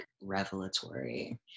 revelatory